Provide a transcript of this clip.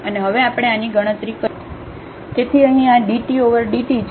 અને હવે આપણે આની ગણતરી કરીશું તેથી અહીં આ dt ઓવર dt છે